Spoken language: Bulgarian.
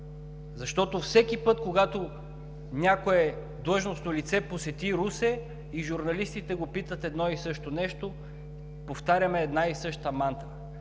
Всеки път, когато някое длъжностно лице посети Русе, журналистите го питат едно и също нещо, повтаряме една и съща мантра.